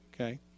okay